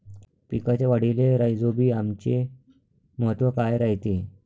पिकाच्या वाढीले राईझोबीआमचे महत्व काय रायते?